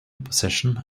position